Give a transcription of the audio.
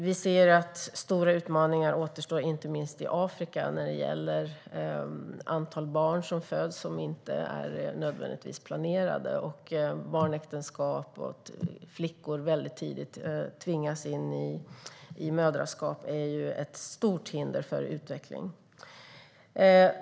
Vi ser att stora utmaningar återstår, inte minst i Afrika, när det gäller antalet barn som föds som inte nödvändigtvis är planerade. Barnäktenskap och att flickor väldigt tidigt tvingas in i moderskap är ett stort hinder för utveckling.